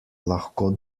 lahko